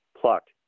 plucked